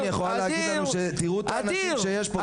יכולה להגיד לנו שתראו את האנשים שיש פה,